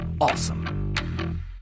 awesome